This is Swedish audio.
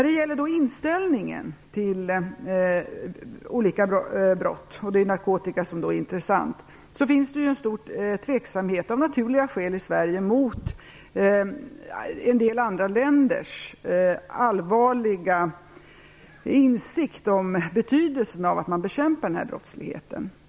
Beträffande inställningen till olika brott - det är då narkotikabrotten som är de intressanta - finns det av naturliga skäl en stor tveksamhet i Sverige i fråga om en del andra länders allvarliga insikt om betydelsen av att man bekämpar denna brottslighet.